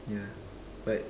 yeah but